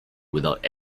without